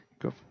Go